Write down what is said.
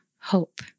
hope